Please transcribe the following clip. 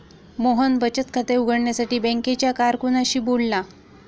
मोहन बचत खाते उघडण्यासाठी बँकेच्या कारकुनाशी बोलला